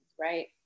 right